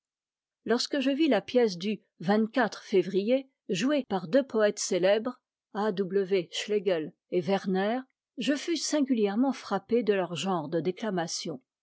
lorsque je vis la pièce du tm ma re février jouée par deux poëtes célèbres a av schlegel et werner je fus singulièrement frappée de leur genre de déclamation